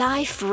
Life